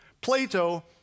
Plato